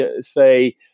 say